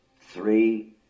three